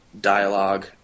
dialogue